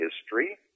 history